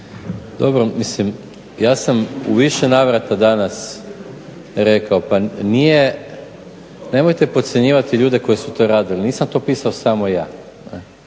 Dobro, mislim ja sam u više navrata danas rekao pa nije, nemojte podcjenjivati ljude koji su to radili, nisam to pisao samo ja.